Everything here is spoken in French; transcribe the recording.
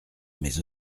mais